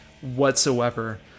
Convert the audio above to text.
whatsoever